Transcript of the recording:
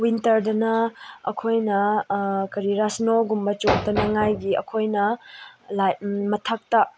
ꯋꯤꯟꯇꯔꯗꯅ ꯑꯩꯈꯣꯏꯅ ꯀꯔꯤꯔ ꯏꯁꯅꯣꯒꯨꯝꯕ ꯆꯣꯠꯇꯅꯉꯥꯏꯒꯤ ꯑꯩꯈꯣꯏꯅ ꯂꯥꯏꯛ ꯃꯊꯛꯇ